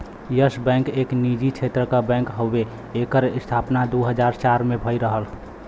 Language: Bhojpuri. यस बैंक एक निजी क्षेत्र क बैंक हउवे एकर स्थापना दू हज़ार चार में भयल रहल